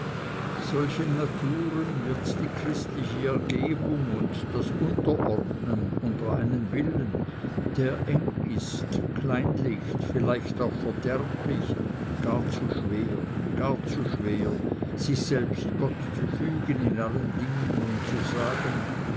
solchen naturen wird die christliche ergebung und das unterordnen unter einen willen der eng ist kleinlicht vielleicht auch verderblich gar zu schwer gar zu schwer sich selbst gott zu fügen in allen dingen und zu sagen